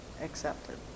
accepted